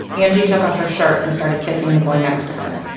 angie took off her shirt and started kissing the boy next to her.